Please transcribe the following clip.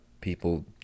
people